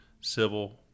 civil